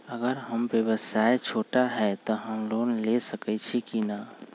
अगर हमर व्यवसाय छोटा है त हम लोन ले सकईछी की न?